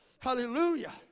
hallelujah